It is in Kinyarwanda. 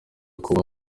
kuba